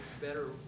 better